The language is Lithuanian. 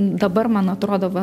dabar man atrodo va